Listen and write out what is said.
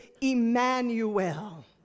Emmanuel